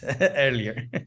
earlier